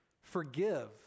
forgive